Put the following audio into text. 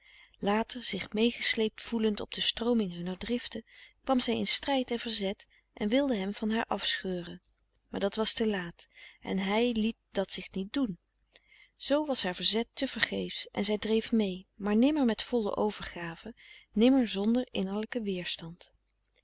later zich meegesleept voelend op de strooming hunner driften kwam zij in strijd en verzet en wilde hem van haar afscheuren maar dat was te laat en hij frederik van eeden van de koele meren des doods iet dat zich niet doen zoo was haar verzet te vergeefs en zij dreef mee maar nimmer met volle overgave nimmer zonder innerlijken weerstand